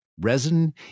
Resin